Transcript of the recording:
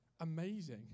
amazing